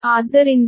ಆದ್ದರಿಂದ ಇದು j0